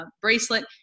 bracelet